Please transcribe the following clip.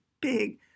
big